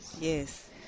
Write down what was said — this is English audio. Yes